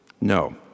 no